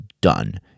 done